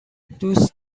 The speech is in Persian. دوست